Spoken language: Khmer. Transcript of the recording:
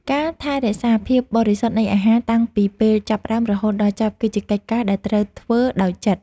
ការថែរក្សាភាពបរិសុទ្ធនៃអាហារតាំងពីពេលចាប់ផ្ដើមរហូតដល់ចប់គឺជាកិច្ចការដែលត្រូវធ្វើដោយចិត្ត។